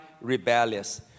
rebellious